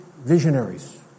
Visionaries